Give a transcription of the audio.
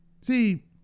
See